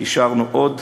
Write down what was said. אישרנו עוד